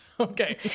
Okay